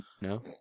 no